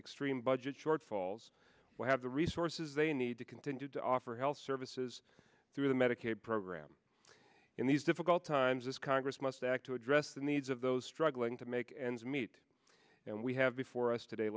extreme budget shortfalls will have the resources they need to continue to offer health services through the medicaid program in these difficult times as congress must act to address the needs of those struggling to make ends meet and we have before us today